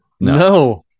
No